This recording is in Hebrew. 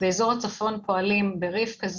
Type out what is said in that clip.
באזור הצפון פועלים ברבקה,